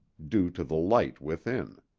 due to the light within.